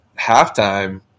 halftime